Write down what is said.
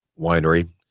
winery